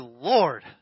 lord